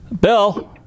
Bill